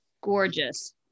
Gorgeous